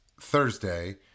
Thursday